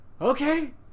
okay